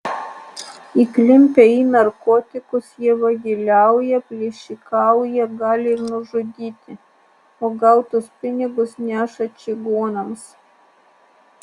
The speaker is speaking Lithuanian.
įklimpę į narkotikus jie vagiliauja plėšikauja gali ir nužudyti o gautus pinigus neša čigonams